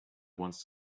wants